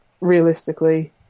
realistically